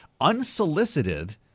unsolicited